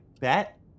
bet